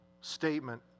statement